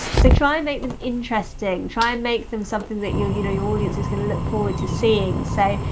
so try and make them interesting. try and make them something that your you know your audience is going to look forward to seeing. so,